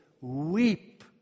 weep